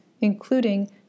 including